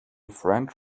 french